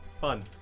fun